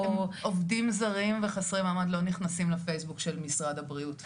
עובדים זרים וחסרי מעמד לא נכנסים לפייסבוק של משרד הבריאות.